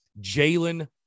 Jalen